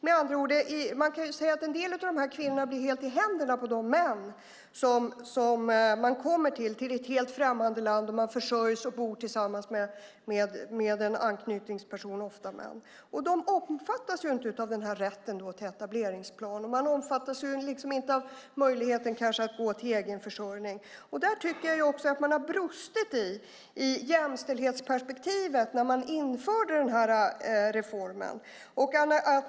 Med andra ord kan man säga att en del av dessa kvinnor hamnar helt i händerna på de männen när de kommer till ett helt främmande land. De försörjs av och bor tillsammans med en anknytningsperson, ofta en man, och omfattas inte av rätten till etableringsplan. De omfattas kanske inte av möjligheten att gå till egen försörjning. Där tycker jag att man har brustit i jämställdhetsperspektivet när man genomförde denna reform.